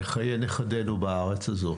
לחיי נכדינו בארץ הזו.